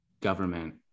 government